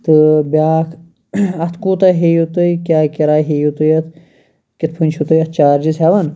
تہٕ بیاکھ اتھ کوتاہ ہیٚیِو تُہۍ کیاہ کِراے ہیٚیِو تُہۍ اتھ کِتھ پٲٹھۍ چھِو تُہۍ اتھ چارجِز ہیٚوان